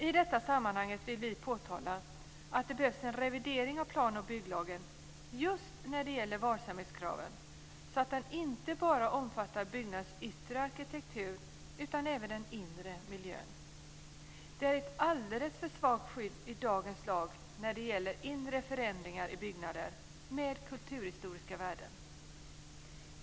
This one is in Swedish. I detta sammanhang vill vi påtala att det behövs en revidering av plan och bygglagen just när det gäller varsamhetskravet så att den inte bara omfattar byggnadens yttre arkitektur utan även den inre miljön. Det är ett alldeles för svagt skydd i dagens lag när det gäller inre förändringar i byggnader med kulturhistoriska värden.